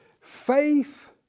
faith